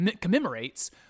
commemorates